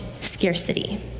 scarcity